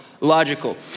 logical